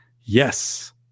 Yes